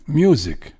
music